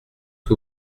que